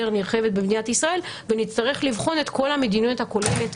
נרחבת במדינת ישראל ונצטרך לבחון מחדש את כל המדיניות הכוללת,